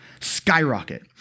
skyrocket